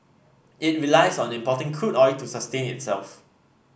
it relies on importing crude oil to sustain itself